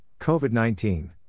COVID-19